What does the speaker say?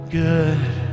good